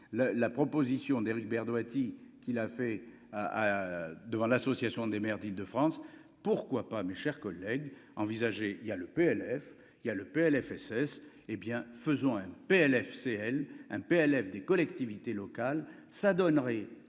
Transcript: la proposition d'Éric Berdoati qui l'a fait : ah ah, devant l'Association des maires d'Île-de-France, pourquoi pas, mes chers collègues envisagées il y a le PLF il y a le PLFSS hé bien faisons MPL FCL un PLF des collectivités locales, ça donnerait